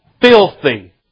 filthy